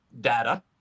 data